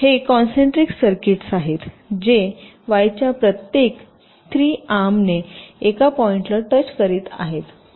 हे concentric circuits आहेत जे वाय च्या प्रत्येक 3 आर्मने एका पॉईंटला टच करीत आहेत